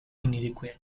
inadequate